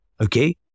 okay